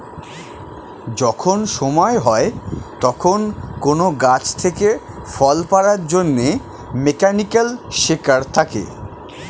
যখন সময় হয় তখন কোন গাছ থেকে ফল পাড়ার জন্যে মেকানিক্যাল সেকার থাকে